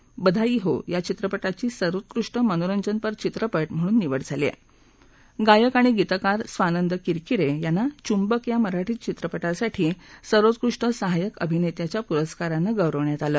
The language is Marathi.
बधाई हो या चित्रपटाची सर्वोत्कृष्ट मनोरंजनपर चित्रपट म्हणून निवड झाली आहा जायक आणि गीतकार स्वानंद किरकिरख्रांना चुंबक या मराठी चित्रपटासाठी सर्वोत्कृष्ट सहाय्यक अभिनस्थिच्या पुरस्कारानं गौरवण्यात आलं